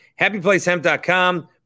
HappyPlaceHemp.com